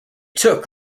took